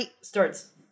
starts